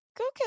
okay